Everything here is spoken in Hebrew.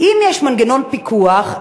אם יש מנגנון פיקוח,